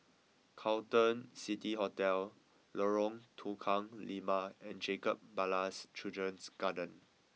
Carlton City Hotel Lorong Tukang Lima and Jacob Ballas Children's Garden